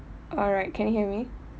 alright can you hear me